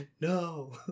no